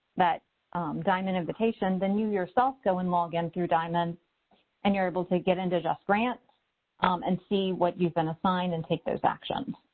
that diamd and invitation. then you yourself go in, log in through diamd and you're able to get into justgrants and see what you've been assigned and take those actions.